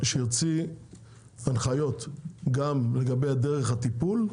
שיוציא הנחיות גם לגבי דרך הטיפול,